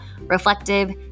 reflective